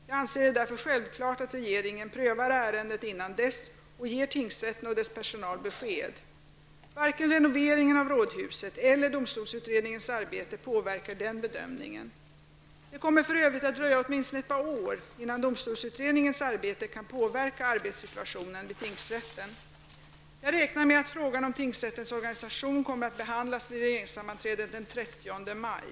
Jag anser det därför självklart att regeringen prövar ärendet innan dess och ger tingsrätten och dess personal besked. Varken renoveringen av rådhuset eller domstolsutredningens arbete påverkar den bedömningen. Det kommer för övrigt att dröja åtminstone ett par år innan domstolsutredningens arbete kan påverka arbetssituationen vid tingsrätten. Jag räknar med att frågan om tingsrättens organisation kommer att behandlas vid regeringssammanträdet den 30 maj.